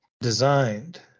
designed